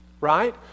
right